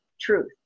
truth